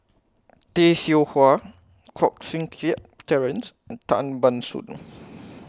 Tay Seow Huah Koh Seng Kiat Terence and Tan Ban Soon